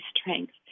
strength